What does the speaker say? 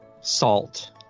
Salt